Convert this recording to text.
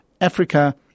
Africa